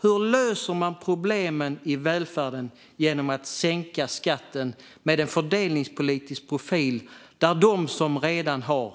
Hur löser man problemen i välfärden genom att sänka skatten med en fördelningspolitisk profil som gör att de som redan har